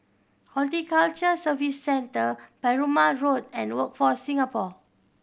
Horticulture Services Centre Perumal Road and Workforce Singapore